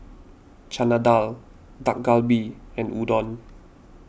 Chana Dal Dak Galbi and Udon